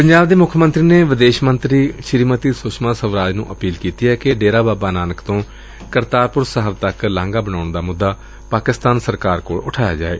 ਪੰਜਾਬ ਦੇ ਮੁੱਖ ਮੰਤਰੀ ਨੇ ਵਿਦੇਸ਼ ਮੰਤਰੀ ਸ੍ਰੀਮਤੀ ਸੁਸ਼ਮਾ ਸਵਰਾਜ ਨੂੰ ਅਪੀਲ ਕੀਤੀ ਏ ਕਿ ਡੇਰਾ ਬਾਬਾ ਨਾਨਕ ਤੋਂ ਕਰਤਾਰਪੁਰ ਸਾਹਿਬ ਤੱਕ ਲਾਘਾ ਬਣਾਉਣ ਦਾ ਮੁੱਦਾ ਪਾਕਿਸਤਾਨ ਸਰਕਾਰ ਕੋਲ ਉਠਾਇਆ ਜਾਏ